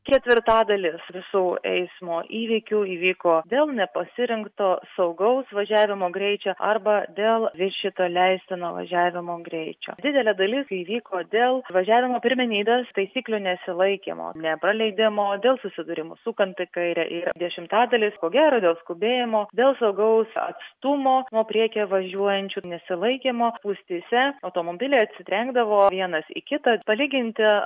ketvirtadalis visų eismo įvykių įvyko dėl nepasirinkto saugaus važiavimo greičio arba dėl viršyto leistino važiavimo greičio didelė dalis įvyko dėl važiavimo pirmenybės taisyklių nesilaikymo nepraleidimo dėl susidūrimų sukant į kairę ir dešimtadalis ko gero dėl skubėjimo dėl saugaus atstumo nuo priekyje važiuojančių nesilaikymo spūstyse automobiliai atsitrenkdavo vienas į kitą palyginti